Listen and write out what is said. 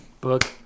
Book